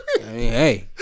hey